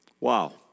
Wow